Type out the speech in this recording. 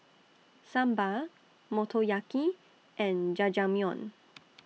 Sambar Motoyaki and Jajangmyeon